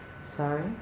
Sorry